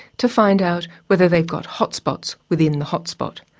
to find out whether they've got hotspots within the hotspot.